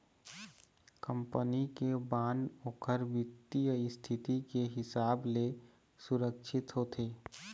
company के bond ओखर बित्तीय इस्थिति के हिसाब ले सुरक्छित होथे